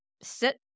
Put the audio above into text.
sit